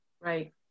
Right